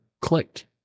clicked